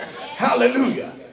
Hallelujah